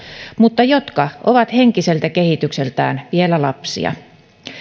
mutta jotka ovat henkiseltä kehitykseltään vielä lapsia